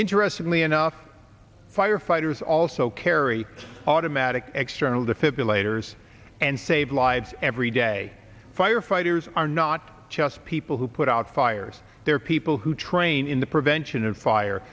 interestingly enough firefighters also carry automatic external defibrillators and save lives every day firefighters are not just people who put out fires there are people who train in the prevention and fire